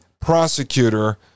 prosecutor